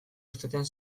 irteten